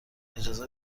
اجازه